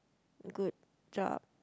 good job